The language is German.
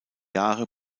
jahre